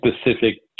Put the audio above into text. specific